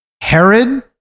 Herod